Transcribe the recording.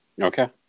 Okay